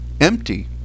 empty